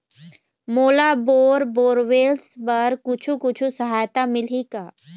मोला bore borewells बर कुछू कछु सहायता मिलही का?